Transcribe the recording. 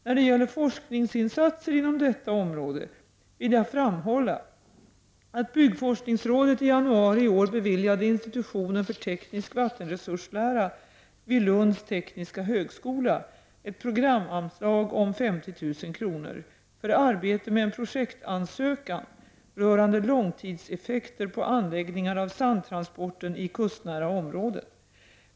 När det gäller forskningsinsatser inom detta område vill jag framhålla att byggforskningsrådet i januari i år beviljade institutionen för teknisk vattenresurslära vid Lunds tekniska högskola ett programanslag om 50 000 kr. för arbete med en projektansökan rörande långtidseffekter på anläggningar av sandtransporten i kustnära områden.